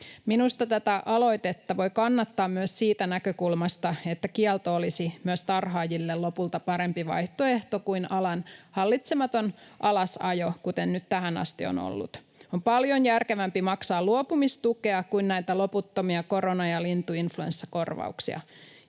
Minusta tätä aloitetta voi kannattaa myös siitä näkökulmasta, että kielto olisi myös tarhaajille lopulta parempi vaihtoehto kuin alan hallitsematon alasajo, kuten nyt tähän asti on ollut. On paljon järkevämpää maksaa luopumistukea kuin näitä loputtomia korona- ja lintuinfluenssakorvauksia.